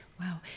Wow